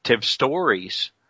stories